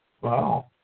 Wow